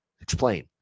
Explain